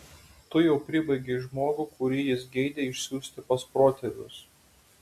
tu jau pribaigei žmogų kurį jis geidė išsiųsti pas protėvius